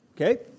okay